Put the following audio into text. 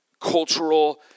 cultural